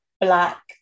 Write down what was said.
black